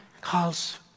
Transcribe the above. calls